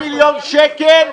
הקבינט זה 400 מיליון שקל.